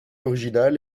originale